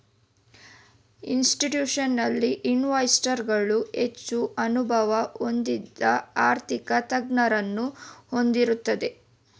institutional investors ಗಳು ಹೆಚ್ಚು ಅನುಭವ ಹೊಂದಿದ ಆರ್ಥಿಕ ತಜ್ಞರನ್ನು ಹೊಂದಿರುತ್ತದೆ